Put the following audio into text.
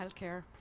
healthcare